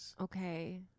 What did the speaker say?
Okay